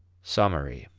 summary.